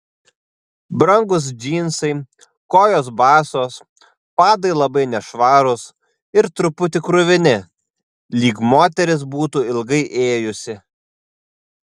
brangūs džinsai kojos basos padai labai nešvarūs ir truputį kruvini lyg moteris būtų ilgai ėjusi